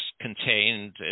contained